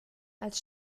als